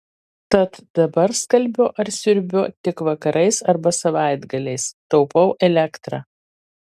tad dabar skalbiu ar siurbiu tik vakarais arba savaitgaliais taupau elektrą